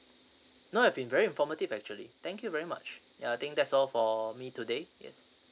no you've been very informative actually thank you very much ya I think that's all for me today yes